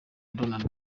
donald